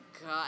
God